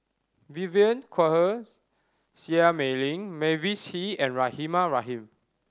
Vivien Quahe Seah Mei Lin Mavis Hee and Rahimah Rahim